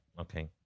okay